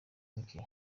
mike